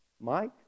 Mike